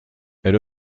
elle